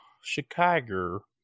Chicago